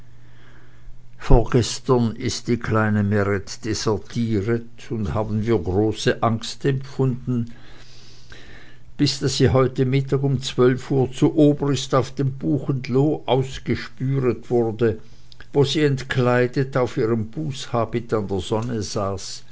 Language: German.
vorgestern ist uns die kleine meret desertiret und haben wir große angst empfunden bis daß sie heute mittag um zwölf uhr zu obrist auf dem buchenloo ausgespüret wurde wo sie entkleidet auf ihrem bußhabit an der sonne saß